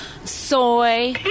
Soy